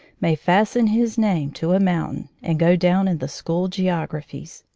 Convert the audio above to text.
may fasten his name to a mountain and go down in the school geographies.